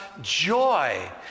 joy